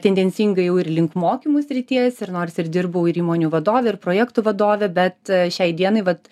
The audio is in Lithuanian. tendencingai ėjau ir link mokymų srities ir nors ir dirbau ir įmonių vadove ir projektų vadove bet šiai dienai vat